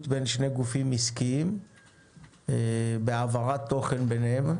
בין שני גופים עסקיים בהעברת תוכן ביניהם.